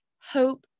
hope